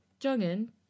Jungin